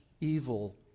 evil